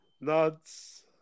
Nuts